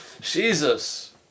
Jesus